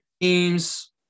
teams